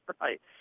Right